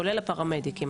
כולל הפרמדיקים.